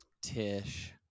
Tish